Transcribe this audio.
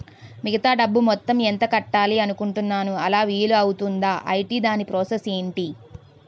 మిగతా డబ్బు మొత్తం ఎంత కట్టాలి అనుకుంటున్నాను అలా వీలు అవ్తుంధా? ఐటీ దాని ప్రాసెస్ ఎంటి?